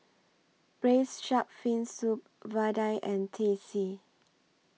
Braised Shark Fin Soup Vadai and Teh C